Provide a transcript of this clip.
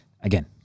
Again